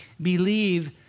believe